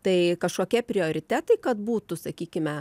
tai kažkokie prioritetai kad būtų sakykime